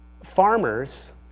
farmers